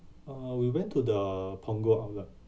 uh we went to the punggol outlet